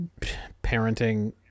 parenting